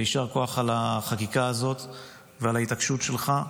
יישר כוח על החקיקה הזאת ועל ההתעקשות שלך.